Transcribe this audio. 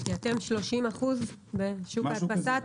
אתה אומר שאתם 30 אחוזים בשוק ההדפסה?